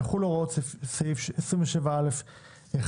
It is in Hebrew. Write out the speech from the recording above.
יחולו הוראות סעיף 27א1,